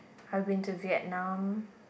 I've been to Vietnam